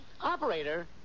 Operator